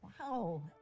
Wow